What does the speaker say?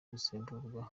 gusimburwa